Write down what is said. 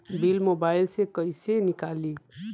Bill mobile से कईसे निकाली?